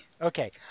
okay